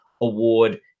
award